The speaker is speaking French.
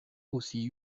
aussi